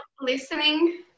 listening